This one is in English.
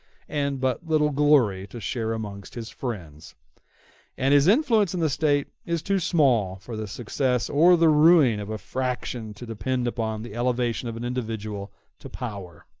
and but little glory to share amongst his friends and his influence in the state is too small for the success or the ruin of a faction to depend upon the elevation of an individual to power.